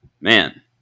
Man